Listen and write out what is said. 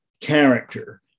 character